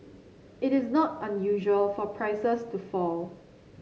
it is not unusual for prices to fall